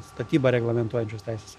statybą reglamentuojančius teisės